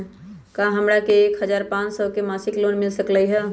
का हमरा के एक हजार पाँच सौ के मासिक लोन मिल सकलई ह?